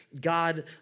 God